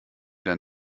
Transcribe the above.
dein